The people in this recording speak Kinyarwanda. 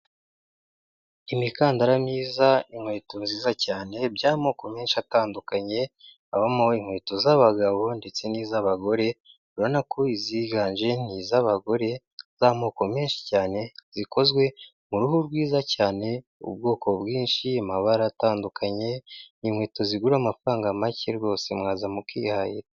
Imikandara myiza, inkweto nziza cyane, by'amoko menshi atandukanye. Habamo inkweto z'abagabo ndetse n'iz'abagore, urabonako iziganje ni iz'abagore z'amoko menshi cyane zikozwe mu ruhu rwiza cyane, ubwoko bwinshi na amabara atandukanye ni inkweto zigura amafaranga make rwose mwaza mukihara.